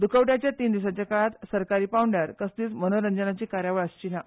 द्खवट्याच्या तीन दिसांच्या काळांत सरकारी पांवड्यार कसलीच मनोरजंनाची कार्यावळ आसची ना